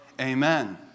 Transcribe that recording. amen